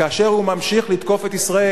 כאשר הוא ממשיך לתקוף את ישראל,